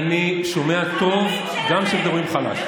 אני שומע טוב גם כשמדברים חלש.